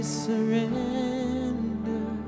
surrender